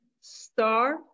star